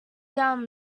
down